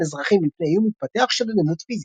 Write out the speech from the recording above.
אזרחים מפני איום מתפתח של אלימות פיזית".